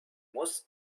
muss